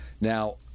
Now